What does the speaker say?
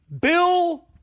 Bill